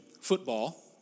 football